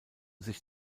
sich